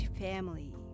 family